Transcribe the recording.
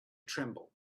tremble